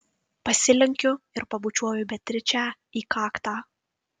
pasilenkiu ir pabučiuoju beatričę į kaktą